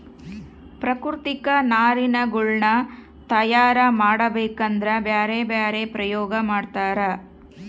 ಪ್ರಾಕೃತಿಕ ನಾರಿನಗುಳ್ನ ತಯಾರ ಮಾಡಬೇಕದ್ರಾ ಬ್ಯರೆ ಬ್ಯರೆ ಪ್ರಯೋಗ ಮಾಡ್ತರ